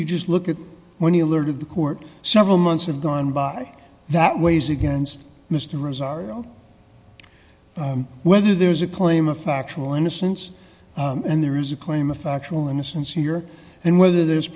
you just look at when you learned of the court several months have gone by that weighs against mr rosario whether there's a claim of factual innocence and there is a claim of factual innocence here and whether there